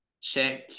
check